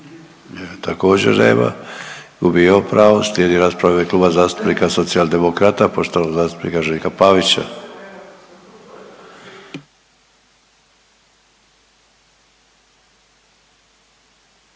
također nema, gubi i on pravo. Slijedi rasprava u ime Kluba zastupnika Socijaldemokrata poštovanog zastupnika Željka Pavića.